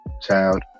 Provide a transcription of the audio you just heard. child